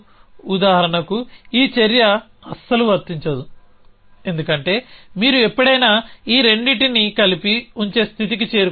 ఉదాహరణకు ఈ చర్య అస్సలు వర్తించదు ఎందుకంటే మీరు ఎప్పుడైనా ఈ రెండింటినీ కలిపి ఉంచే స్థితికి చేరుకుంటారు